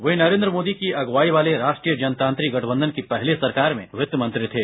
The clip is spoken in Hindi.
वे नरेन्द्र मोदी की अगुवाई वाले राष्ट्रीय जनतांत्रिक गठबंधन की पहली सरकार में वित्तमंत्री थे